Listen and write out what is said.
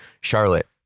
Charlotte